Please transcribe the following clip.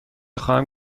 خواهم